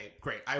great